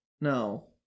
No